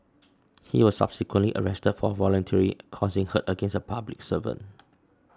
he was subsequently arrested for voluntarily causing hurt against a public servant